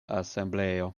asembleo